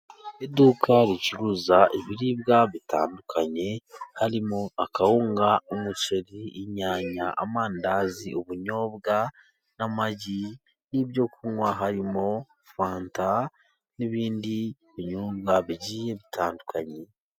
Iduka ricuruza ibiribwa bitandukanye harimo akawunga, umuceri, inyanya ,amandazi, ubunyobwa n'amagi ,n'ibyo kunywa harimo fanta n'ibindi binyobwa bitandukanye.